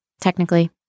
technically